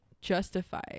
justify